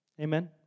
Amen